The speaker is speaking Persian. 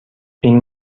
این